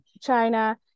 China